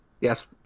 Yes